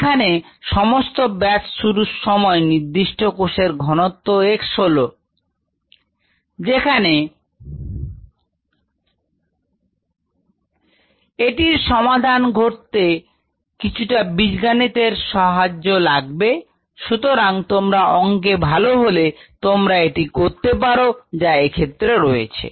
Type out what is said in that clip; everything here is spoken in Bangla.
এখানে সমস্ত ব্যাচ শুরুর সময় নির্দিষ্ট কোষের ঘনত্ব x হলো t1mαln xx0 βln YxSS0x0 xYxSS0 t0 যেখানে αKSYxSYxSS0x0YxSS0x0 βKSYxSYxSS0x0 এটির সমাধান ঘটাতে কিছুটা বীজগণিতের সাহায্য লাগবে সুতরাং তোমরা অংকে ভালো হলে তোমরা এটি করতে পারো যা এক্ষেত্রে রয়েছে